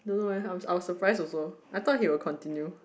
don't know eh I I was suprised also I thought he will continue